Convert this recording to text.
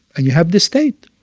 and you have the state.